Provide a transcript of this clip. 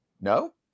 No